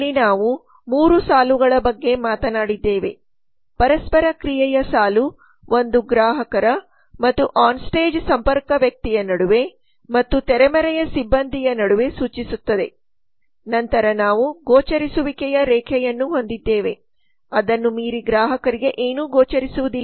ಇಲ್ಲಿ ನಾವು 3 ಸಾಲುಗಳ ಬಗ್ಗೆ ಮಾತನಾಡಿದ್ದೇವೆ ಪರಸ್ಪರ ಕ್ರಿಯೆಯ ಸಾಲು ಒಂದು ಗ್ರಾಹಕರ ಮತ್ತು ಆನ್ ಸ್ಟೇಜ್ ಸಂಪರ್ಕ ವ್ಯಕ್ತಿಯ ನಡುವೆ ಮತ್ತು ತೆರೆಮರೆಯ ಸಿಬ್ಬoದಿಯ ನಡುವೆ ಸೂಚಿಸುತ್ತದೆ ನಂತರ ನಾವು ಗೋಚರಿಸುವಿಕೆಯ ರೇಖೆಯನ್ನು ಹೊಂದಿದ್ದೇವೆ ಅದನ್ನು ಮೀರಿ ಗ್ರಾಹಕರಿಗೆ ಏನೂ ಗೋಚರಿಸುವುದಿಲ್ಲ